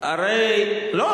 לא,